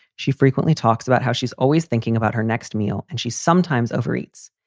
she frequently talks about how she's always thinking about her next meal and she sometimes over eats.